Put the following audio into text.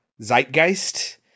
zeitgeist